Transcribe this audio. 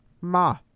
Ma